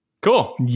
Cool